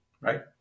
right